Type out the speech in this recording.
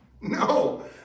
No